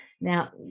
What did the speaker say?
Now